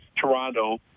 Toronto